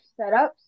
setups